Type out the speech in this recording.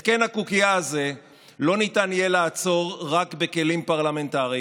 את קן הקוקייה הזה לא ניתן יהיה לעצור רק בכלים פרלמנטריים,